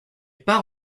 part